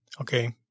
okay